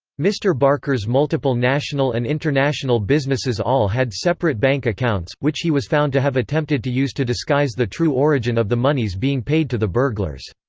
mr. barker's multiple national and international businesses all had separate bank accounts, which he was found to have attempted to use to disguise the true origin of the monies being paid to the burglars.